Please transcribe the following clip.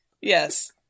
yes